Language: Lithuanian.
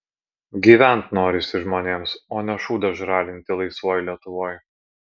gyvent norisi žmonėms o ne šūdą žralinti laisvoj lietuvoj